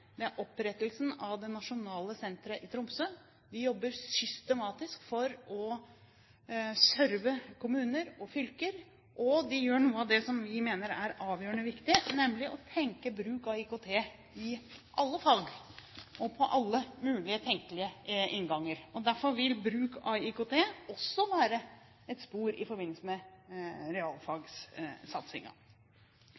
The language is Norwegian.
er opprettelsen av det nasjonale senteret i Tromsø. De jobber systematisk for å serve kommuner og fylker og gjør noe av det som vi mener er avgjørende, nemlig å tenke bruk av IKT i alle fag og ha alle mulige tenkelige innganger. Derfor vil bruk av IKT også være et spor i forbindelse med